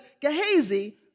Gehazi